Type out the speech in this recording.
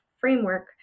framework